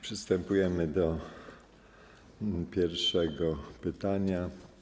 Przystępujemy do pierwszego pytania.